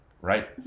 right